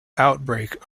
outbreak